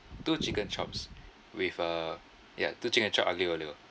two chicken chops with a ya two chicken chop aglio-olio